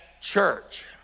church